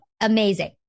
amazing